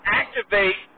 activate